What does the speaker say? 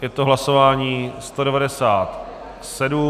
Je to hlasování 197.